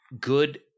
good